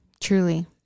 Truly